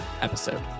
episode